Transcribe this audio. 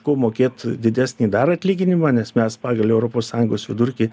ko mokėt didesnį dar atlyginimą nes mes pagal europos sąjungos vidurkį